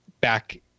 back